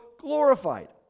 glorified